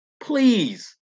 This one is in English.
please